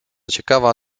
ciekawa